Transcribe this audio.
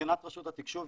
מבחינת רשות התקשוב,